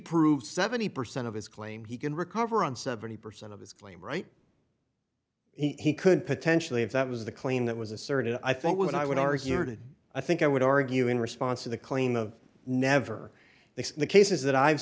proves seventy percent of his claim he can recover on seventy percent of his claim right he could potentially if that was the claim that was asserted i think would i would argue or did i think i would argue in response to the claim of never the cases that i've